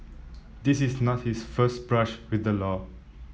this is not his first brush with the law